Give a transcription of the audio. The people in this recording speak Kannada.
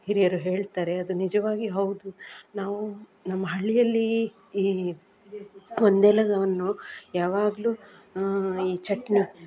ಹಿರಿಯರು ಹೇಳ್ತಾರೆ ಅದು ನಿಜವಾಗಿ ಹೌದು ನಾವು ನಮ್ಮ ಹಳ್ಳಿಯಲ್ಲಿ ಈ ಒಂದೆಲಗವನ್ನು ಯಾವಾಗಲು ಈ ಚಟ್ನಿ